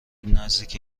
نزدیک